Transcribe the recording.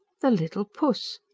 the little puss!